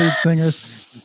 singers